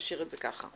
נשאיר את זה כך.